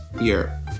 year